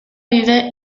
vive